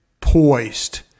poised